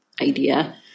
idea